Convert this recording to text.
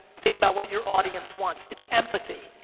think about what your audience wants. it's empathy,